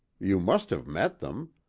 you must have met them.